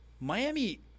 Miami